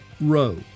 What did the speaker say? row